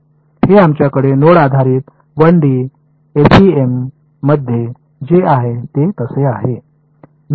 हे आमच्याकडे नोड आधारित 1 डी एफईएम मध्ये जे आहे ते तसे आहे